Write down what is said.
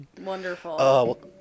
Wonderful